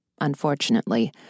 Unfortunately